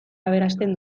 aberasten